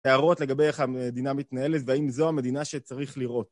להראות לגבי איך המדינה מתנהלת והאם זו המדינה שצריך לראות.